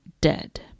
dead